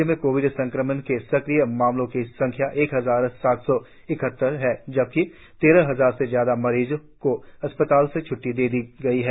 राज्य में कोविड संक्रमण के सक्रिय मामलों की संख्या एक हजार सात सौ इकहत्तर है जबकि तेरह हजार से ज्यादा मरीजों को अस्पतालों से छुट्टी दी जा चुकी है